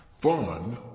fun